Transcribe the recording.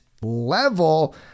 level